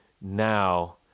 now